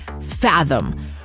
fathom